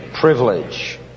privilege